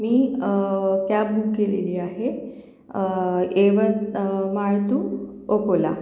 मी cab book केलेली आहे Yavatmal to Akola